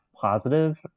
positive